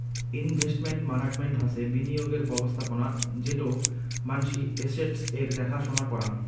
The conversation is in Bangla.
ইনভেস্টমেন্ট মানাগমেন্ট হসে বিনিয়োগের ব্যবস্থাপোনা যেটো মানসি এস্সেটস এর দ্যাখা সোনা করাং